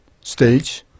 stage